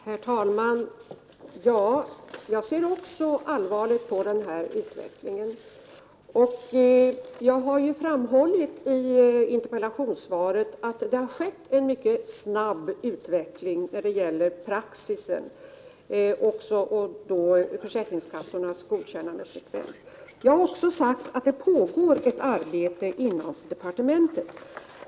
Herr talman! Även jag ser allvarligt på den här utvecklingen. Jag har ju framhållit i interpellationssvaret att det har skett en mycket snabb utveckling när det gäller praxis och därmed också försäkringskassornas godkännandefrekvens. Jag har också sagt att det pågår ett arbete inom departementet.